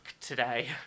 today